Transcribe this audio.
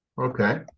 Okay